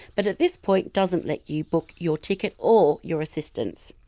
but at this point, doesn't let you book your ticket or your assistance.